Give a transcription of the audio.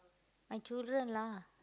my children lah